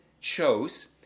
chose